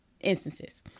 instances